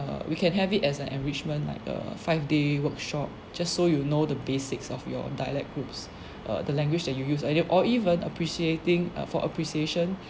err we can have it as an enrichment like a five day workshop just so you know the basics of your dialect groups err the language that you use either or even appreciating err for appreciation